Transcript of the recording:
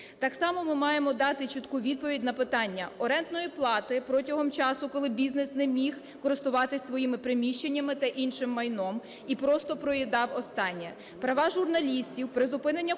Так само ми маємо дати чітку відповідь на питання орендної плати протягом часу, коли бізнес не міг користуватися своїми приміщеннями та іншим майном і просто проїдав останнє; права журналістів, призупинення